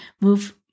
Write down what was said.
move